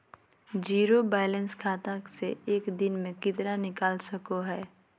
Zero balance खाता से एक दिन में कितना निकाल सको है?